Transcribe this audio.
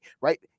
right